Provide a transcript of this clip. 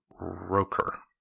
Roker